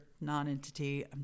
non-entity